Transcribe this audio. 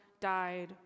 died